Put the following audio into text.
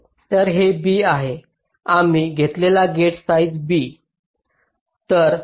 तर हे B आहे आम्ही घेतलेला गेट साइज B